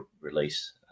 release